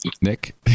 Nick